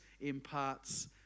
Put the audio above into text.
imparts